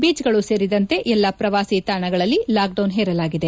ಬೀಚ್ಗಳು ಸೇರಿದಂತೆ ಎಲ್ಲಾ ಪ್ರವಾಸಿ ತಾಣಗಳಲ್ಲಿ ಲಾಕ್ಡೌನ್ ಹೇರಲಾಗಿದೆ